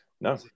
No